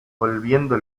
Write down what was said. volviendo